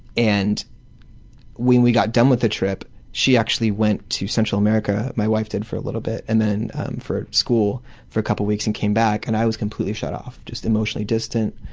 and when we got done with the trip she actually went to central america my wife did for a little bit, and then for school for a couple of weeks, and came back and i was completely shut off, just emotionally distant.